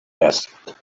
asked